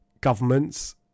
governments